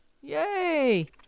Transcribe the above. Yay